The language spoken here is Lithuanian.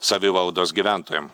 savivaldos gyventojam